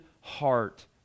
heart